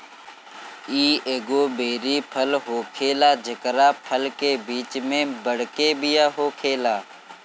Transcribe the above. इ एगो बेरी फल होखेला जेकरा फल के बीच में बड़के बिया होखेला